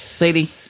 lady